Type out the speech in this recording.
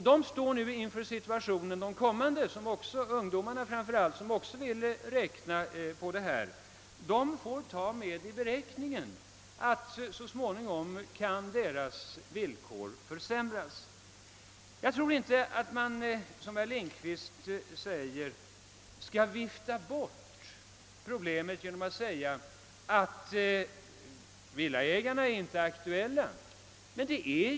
De som i framtiden vill bygga — och det är framför allt ungdomarna — får ta med i beräkningen att deras villkor så småningom kan försämras. Jag tror inte att man, som herr Lindkvist gör, kan vifta bort problemet genom att påstå att villaägarna inte är aktuella, ty det är de.